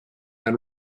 and